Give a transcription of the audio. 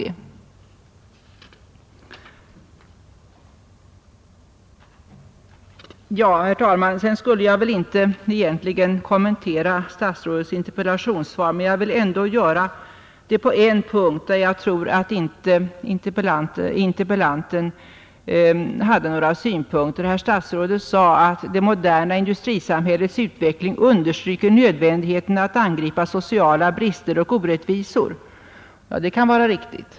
Egentligen skulle jag väl inte kommentera statsrådets interpellationssvar, men jag vill ändå göra det på ett avsnitt, där interpellanten själv inte har några synpunkter. Herr statsrådet sade: ”Det moderna industrisamhällets utveckling understryker nödvändigheten att angripa sociala brister och orättvisor.” Ja, det kan vara riktigt.